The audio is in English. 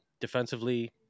Defensively